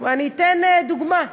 ואני אתן דוגמה.